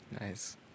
nice